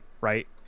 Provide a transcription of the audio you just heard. right